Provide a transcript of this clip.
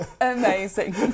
Amazing